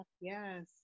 Yes